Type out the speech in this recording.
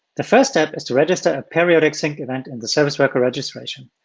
the first step is to register a periodic sync event in the service record registration.